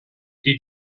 die